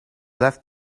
left